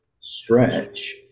stretch